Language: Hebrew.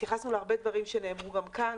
התייחסנו להרבה דברים שנאמרו כאן,